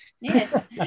yes